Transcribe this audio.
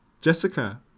Jessica